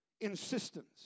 insistence